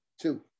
two